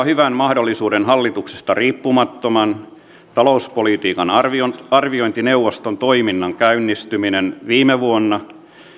hyvän mahdollisuuden hallituksesta riippumattoman talouspolitiikan arviointineuvoston toiminnan käynnistyminen viime vuonna